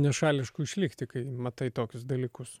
nešališku išlikti kai matai tokius dalykus